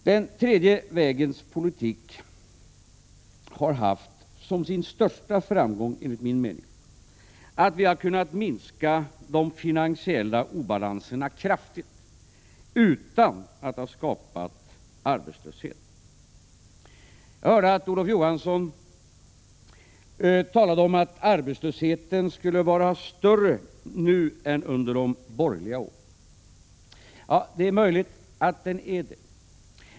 Den tredje vägens politik har, enligt min mening, haft som sin största framgång att vi har kunnat minska de finansiella obalanserna kraftigt utan att skapa arbetslöshet. Jag hörde att Olof Johansson talade om att arbetslösheten skulle vara större nu än under de borgerliga åren. Det är möjligt att den är det.